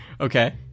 Okay